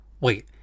Wait